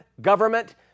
government